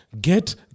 get